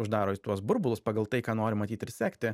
uždaro į tuos burbulus pagal tai ką nori matyti ir sekti